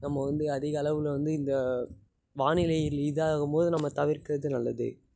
நம்ம வந்து அதிக அளவில் வந்து இந்த வானிலையில் இதாகும் போது நம்ம தவிர்க்கறது நல்லது